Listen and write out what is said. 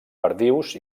perdius